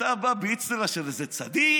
ואתה באצטלה של איזה צדיק,